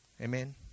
Amen